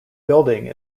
building